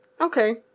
Okay